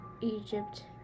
Egypt